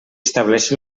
estableixi